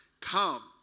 come